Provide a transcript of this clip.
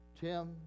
Tim